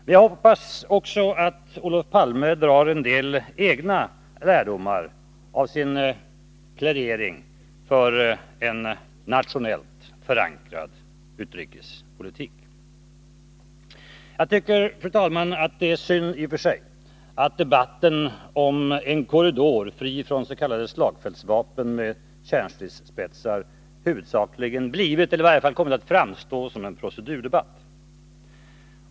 Men jag hoppas att Olof Palme också drar en del egna lärdomar av sin plädering för en nationellt förankrad utrikespolitik. Det är, fru talman, i och för sig synd att debatten om en korridor fri från s.k. slagfältsvapen med kärnstridsspetsar huvudsakligen blivit, eller i varje fall kommit att framstå, som en procedurdebatt.